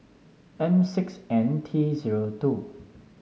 M six N T zero two